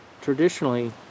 Traditionally